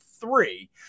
three